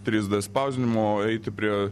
trys d spausdinimo eiti prie